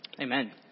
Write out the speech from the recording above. Amen